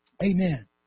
Amen